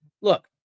Look